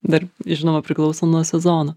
dar žinoma priklauso nuo sezono